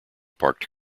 parked